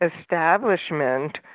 establishment